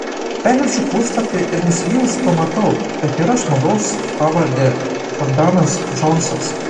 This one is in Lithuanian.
perverčiu puslapį ir nusivylusi pamatau kad nėra žmogaus pavarde džordanas džonsas